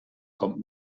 kommt